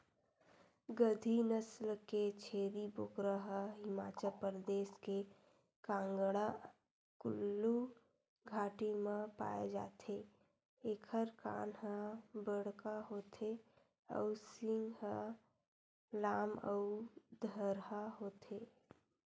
गद्दी नसल के छेरी बोकरा ह हिमाचल परदेस के कांगडा कुल्लू घाटी म पाए जाथे एखर कान ह बड़का होथे अउ सींग ह लाम अउ धरहा होथे